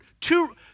two